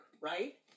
right